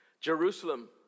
Jerusalem